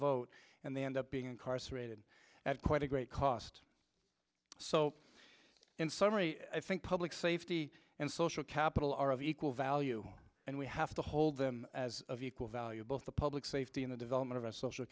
vote and they end up being incarcerated at quite a great cost so in summary i think public safety and social capital are of equal value and we have to hold them as of equal value both the public safety in the development of social